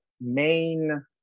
main